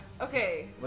Okay